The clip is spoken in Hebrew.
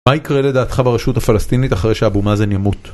מה יקרה לדעתך ברשות הפלסטינית אחרי שאבו-מאזן ימות?